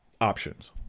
options